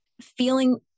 feeling